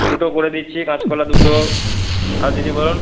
দুটো করে দিচ্ছি কাঁচকলা দুটো আর দিদি বলুন